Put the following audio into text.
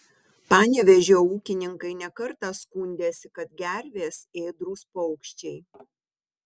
panevėžio ūkininkai ne kartą skundėsi kad gervės ėdrūs paukščiai